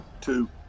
Two